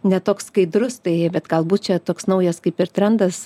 ne toks skaidrus tai bet galbūt čia toks naujas kaip ir trendas